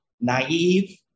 naive